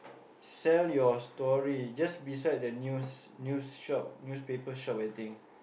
sell your story just beside the news news shop newspaper shop I think